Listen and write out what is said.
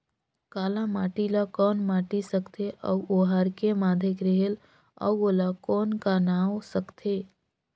काला माटी ला कौन माटी सकथे अउ ओहार के माधेक रेहेल अउ ओला कौन का नाव सकथे?